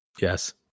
Yes